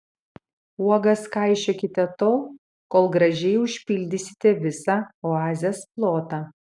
uogas kaišiokite tol kol gražiai užpildysite visą oazės plotą